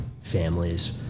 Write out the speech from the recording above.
families